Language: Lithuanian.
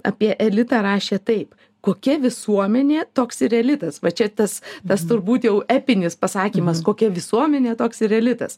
apie elitą rašė taip kokia visuomenė toks ir elitas va čia tas tas turbūt jau epinis pasakymas kokia visuomenė toks ir elitas